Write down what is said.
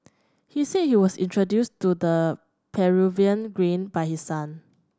he said he was introduced to the Peruvian grain by his son